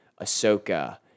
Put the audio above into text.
Ahsoka